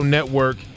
Network